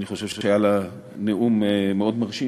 אני חושב שהיה לה נאום מאוד מרשים,